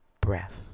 breath